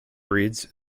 breeds